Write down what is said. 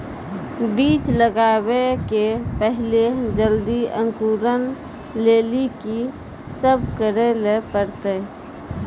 बीज लगावे के पहिले जल्दी अंकुरण लेली की सब करे ले परतै?